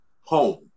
home